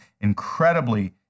incredibly